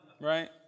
Right